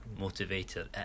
motivator